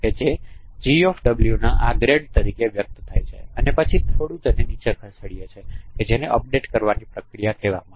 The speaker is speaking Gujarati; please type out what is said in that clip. જે g ના આ ગ્રેડ તરીકે વ્યક્ત થાય છે અને પછી તેને થોડુંક નીચે ખસેડીએ છીયે જેને અપડેટ કરવાની પ્રક્રિયા કહે છે